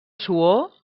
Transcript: suor